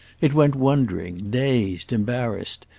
it went wondering, dazed embarrassed,